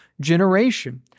generation